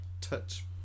touch